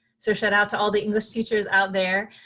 so shoutout to all the english teachers out there.